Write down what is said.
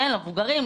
למבוגרים,